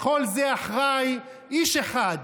לכל זה אחראי איש אחד,